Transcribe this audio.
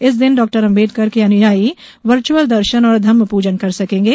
इस दिन डॉ आंबेडकर के अनुयायी वर्चुअल दर्शन और धम्म पूजन कर सकेंगे